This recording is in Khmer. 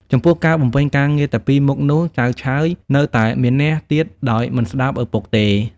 ចំពោះការបំពេញការងារតែពីរមុខនោះ ចៅឆើយ នៅតែមានះទៀតដោយមិនស្តាប់ឪពុកទេ ។